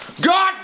God